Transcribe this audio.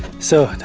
so,